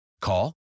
Call